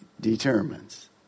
determines